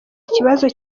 ikibazo